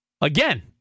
again